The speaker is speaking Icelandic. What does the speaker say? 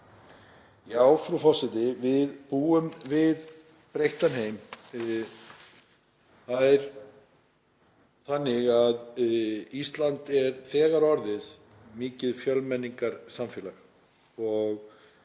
Já, frú forseti, við búum við breyttan heim. Það er þannig að Ísland er þegar orðið mikið fjölmenningarsamfélag